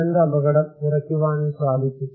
ദുരന്ത അപകടം കുറക്കുവാനും സാധിക്കും